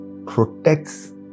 protects